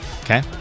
Okay